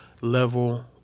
level